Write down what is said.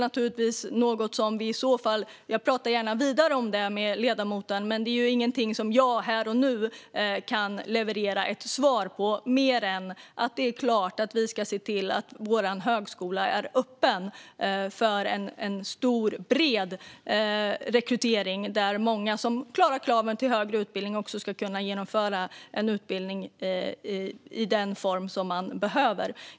Jag pratar gärna vidare om det med ledamoten, men det är ingenting som jag här och nu kan leverera ett svar på mer än att det är klart att vi ska se till att vår högskola är öppen för en bred rekrytering där många som klarar kraven för högre utbildning också ska kunna genomföra en utbildning i den form som de behöver.